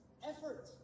Effort